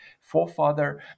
forefather